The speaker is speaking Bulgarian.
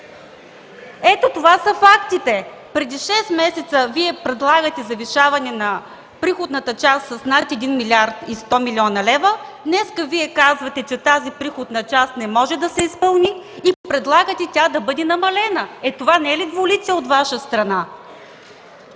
се! Това са фактите: преди шест месеца предлагате завишавате на приходната част от над 1 млрд. 100 млн. лв., а днес казвате, че тази приходна част не може да се изпълни и предлагате да бъде намалена. Е, това не е ли двуличие от Ваша страна?!